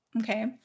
okay